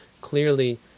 clearly